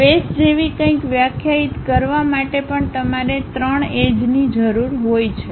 face જેવી કંઇક વ્યાખ્યાયિત કરવા માટે પણ તમારે 3 એજ ની જરૂર હોય છે